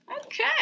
Okay